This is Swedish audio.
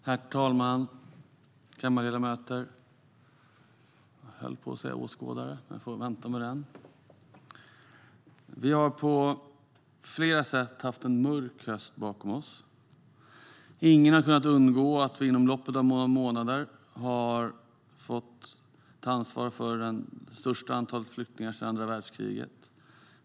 Herr talman och kammarledamöter! Jag höll på att säga åskådare, men jag får vänta med det. Vi har på flera sätt en mörk höst bakom oss. Det har inte kunnat undgå någon att vi inom loppet av några månader har fått ta ansvar för det största antalet flyktingar sedan andra världskriget.